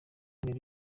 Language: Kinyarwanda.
nelly